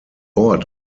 ort